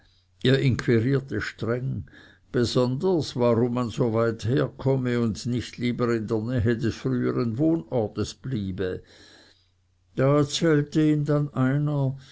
inquirierte streng besonders warum man so weit herkomme und nicht lieber in der nähe des früheren wohnortes bleibe da erzählte ihm dann einer